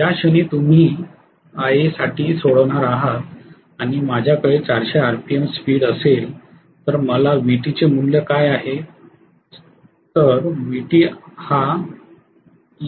ज्या क्षणी तुम्ही Ia साठी सोडवणार आहात आणि माझ्याकडे 400 आरपीएम स्पीड असेल तर मला Vt चे मूल्य काय आहे Vt